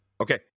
Okay